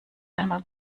einmal